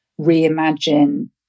reimagine